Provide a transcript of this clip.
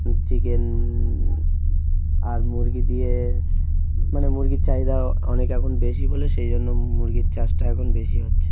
chicken আর মুরগি দিয়ে মানে মুরগির চাহিদা অনেক এখন বেশি বলে সেই জন্য মুরগির চাষটা এখন বেশি হচ্ছে